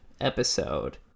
episode